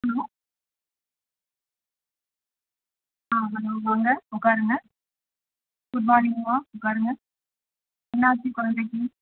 hello ஆ hello வாங்க உட்காருங்க குட் மார்னிங்கமா உட்காருங்க என்னாச்சு குழந்தைக்கி